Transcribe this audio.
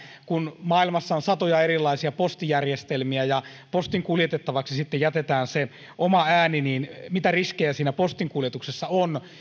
kun maailmassa on satoja erilaisia postijärjestelmiä ja postin kuljetettavaksi jätetään se oma ääni mitä riskejä siinä postin kuljetuksessa on